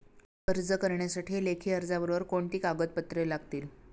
कर्ज करण्यासाठी लेखी अर्जाबरोबर कोणती कागदपत्रे लागतील?